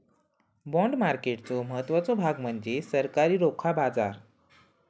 bond मार्केटचो महत्त्वाचो भाग म्हणजे सरकारी रोखा बाजार